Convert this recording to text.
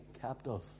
captive